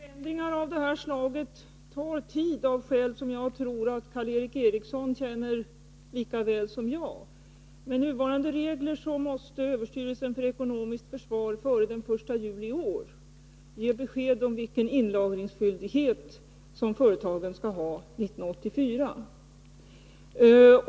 Herr talman! Förändringar av det här slaget tar tid, av skäl som jag tror att Karl Erik Eriksson känner till lika väl som jag. Med nuvarande regler måste överstyrelsen för ekonomiskt försvar före den 1 juli i år ge besked om vilken inlagringsskyldighet som företagen skall ha 1984.